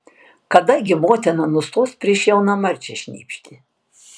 kada gi motina nustos prieš jauną marčią šnypšti